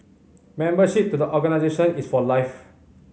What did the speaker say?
membership to the organisation is for life